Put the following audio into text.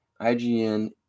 IGN